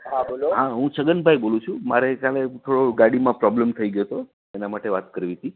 હા બોલો હા હુંછગનભાઈ બોલું છું મારે કાલે થોડું ગાડીમાં પ્રોબ્લમ ગયો હતો એના માટે વાત કરવી હતી